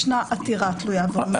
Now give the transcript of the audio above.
ישנה עתירה תלויה ועומדת.